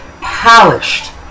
polished